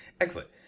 Excellent